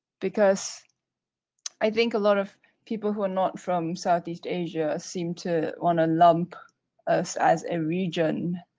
because i think a lot of people who are not from south east asia seem to want to lump us as a region.